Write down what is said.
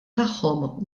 tagħhom